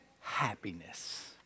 happiness